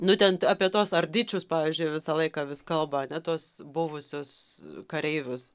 nu ten apie tuos ardičius pavyzdžiui visą laiką vis kalba ane tuos buvusius kareivius